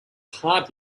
hard